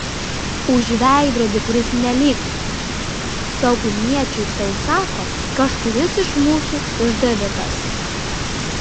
už veidrodį kuris nelyg saugumiečiui tau sako kažkuris iš mūsų išdavikas